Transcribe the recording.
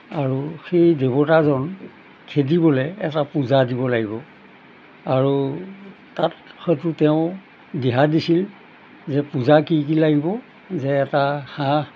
আৰু সেই দেৱতাজন খেদিবলৈ এটা পূজা দিব লাগিব আৰু তাত হয়তো তেওঁ দিহা দিছিল যে পূজা কি কি লাগিব যে এটা হাঁহ